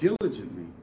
diligently